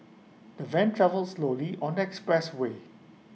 the van travelled slowly on expressway